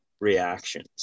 reactions